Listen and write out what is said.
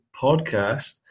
Podcast